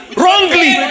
wrongly